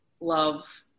love